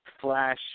flash